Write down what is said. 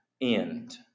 end